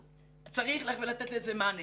צריך ללכת ולתת לזה מענה.